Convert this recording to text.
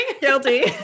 guilty